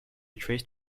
traced